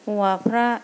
हौवाफ्रा